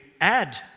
add